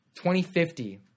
2050